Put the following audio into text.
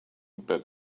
but